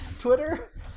twitter